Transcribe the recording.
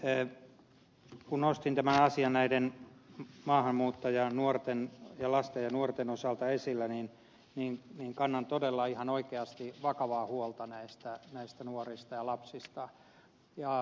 kun nostin tämän asian näiden maahanmuuttajalasten ja nuorten osalta esille niin kannan todella ihan oikeasti vakavaa huolta näistä nuorista ja lapsista